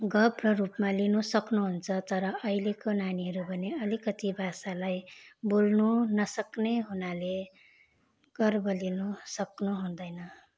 गर्व रूपमा लिन सक्नुहुन्छ तर अहिलेको नानीहरू भने अलिकति भाषालाई बोल्नु नसक्ने हुनाले गर्व लिनु सक्नु हुँदैन